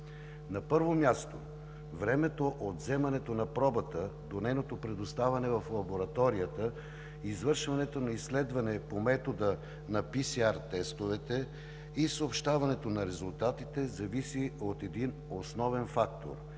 На първо място, времето от взимането на пробата до нейното предоставяне в лабораторията, извършването на изследване по метода на PCR тестоветe и съобщаването на резултатите зависи от един основен фактор –